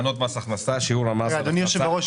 תקנות מס הכנסה --- אדוני היושב-ראש,